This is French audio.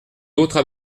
d’autres